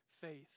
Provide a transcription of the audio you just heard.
faith